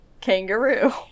kangaroo